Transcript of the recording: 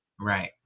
right